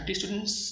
students